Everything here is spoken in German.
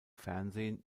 fernsehen